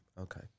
Okay